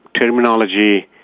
terminology